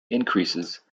increases